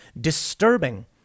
Disturbing